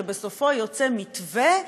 שבסופן יוצא מתווה,